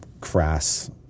crass